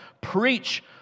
preach